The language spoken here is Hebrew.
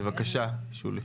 בבקשה, שולי,